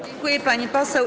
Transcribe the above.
Dziękuję, pani poseł.